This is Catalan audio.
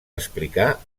explicar